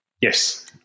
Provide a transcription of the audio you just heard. Yes